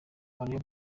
mario